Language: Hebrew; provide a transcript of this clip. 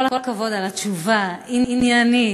כל הכבוד על התשובה: עניינית,